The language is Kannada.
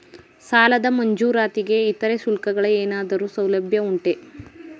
ಸಾಲದ ಮಂಜೂರಾತಿಗೆ ಇತರೆ ಶುಲ್ಕಗಳ ಏನಾದರೂ ಸೌಲಭ್ಯ ಉಂಟೆ?